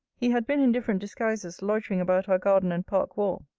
he had been in different disguises loitering about our garden and park wall,